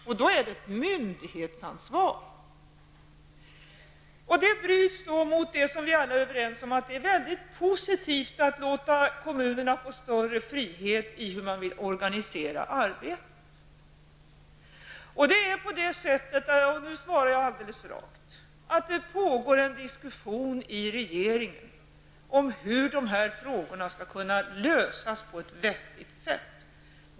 Då är det fråga om ett myndighetsansvar, som bryts mot det som vi alla är överens om är positivt, nämligen att låta kommunerna få större frihet i hur man vill organisera arbetet. Det förhåller sig så -- och nu svarar jag alldeles rakt -- att det pågår en diskussion inom regeringen om hur de här frågorna skall kunna lösas på ett vettigt sätt.